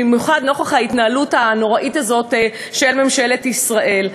במיוחד נוכח ההתנהלות הנוראית הזאת של ממשלת ישראל.